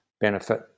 benefit